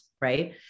right